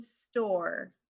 store